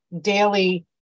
daily